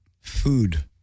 Food